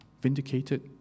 vindicated